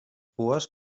pues